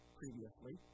previously